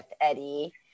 Eddie